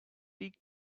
thick